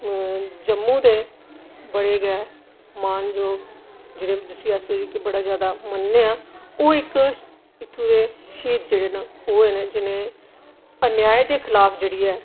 जम्मू दे बडे़ गै मान जोग जेह्डे़ जिसी अस इक बड़ा जैदा मन्नने आं ओह् इक इत्थूं दे श्हीद जेह्डे़ न होए न जि'नें अन्याय दे खिलाफ जेह्ड़ी ऐ